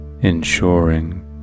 ensuring